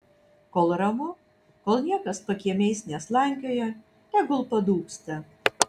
kol ramu kol niekas pakiemiais neslankioja tegul padūksta